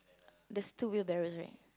there's two wheel barrows right